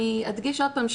אני אדגיש עוד פעם,